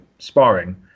sparring